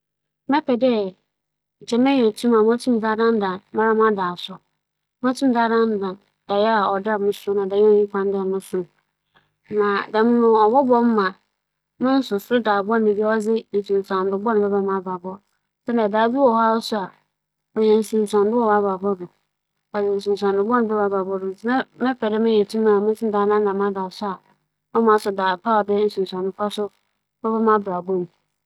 Mebɛpɛ dɛ mebenya tum a medze bɛdandan afofor hͻn adaaso kyɛn dɛ medze bɛdandan m'ankansa m'adaaso siantsir nye dɛ, mpɛn pii na ͻyɛ a, adaaso a nkorͻfo huhu no ͻyɛ a ͻyɛ hu, mbom dze emi daa mobͻso biara no ͻyɛ a ͻnnyɛ hu biara ntsi dɛm nkorͻfo no na nkyɛ medze m'enyi betsim hͻn do na m'adandan hͻn adaaso a wͻnkͻso bia ͻyɛ hu bio.